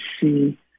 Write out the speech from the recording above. see